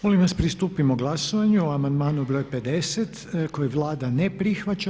Molim vas pristupimo glasovanju o amandmanu br. 50. koji Vlada ne prihvaća.